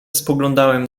spoglądałem